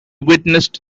witnessed